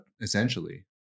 essentially